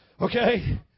Okay